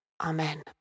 Amen